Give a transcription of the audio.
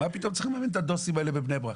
מה פתאום צריך לממן את הדוסים האלה בבני ברק?